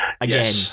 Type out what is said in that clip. again